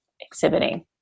exhibiting